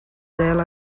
dela